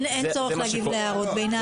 אין צורך להגיב להערות ביניים.